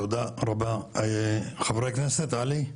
תודה רבה, חבר הכנסת עלי,